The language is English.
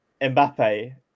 Mbappe